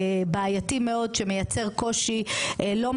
עד 11